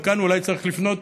וכאן אולי צריך לפנות,